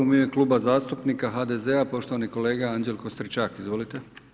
U ime Kluba zastupnika HDZ-a poštovani kolega Anđelko Stričak, izvolite.